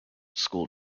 school